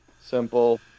Simple